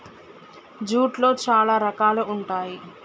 జూట్లో చాలా రకాలు ఉంటాయి